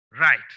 right